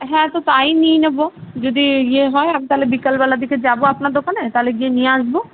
হ্যাঁ তো তাই নিয়ে নেবো যদি ইয়ে হয় আমি তালে বিকেলবেলার দিকে যাবো আপনার দোকানে তালে গিয়ে নিয়ে আসবো